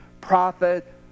prophet